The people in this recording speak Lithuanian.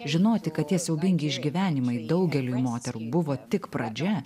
žinoti kad tie siaubingi išgyvenimai daugeliui moterų buvo tik pradžia